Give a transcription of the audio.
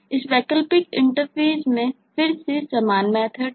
इस वैकल्पिक इंटरफ़ेस में फिर से समान मेथड्स हैं